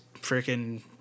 freaking